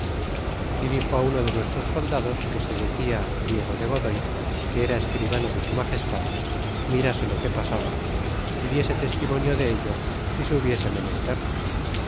y dixo uno de nuestros soldados que se decia diego de godoy que era escribano de su magestad mirase lo que pasaba y diese testimonio delo si se hubiese menester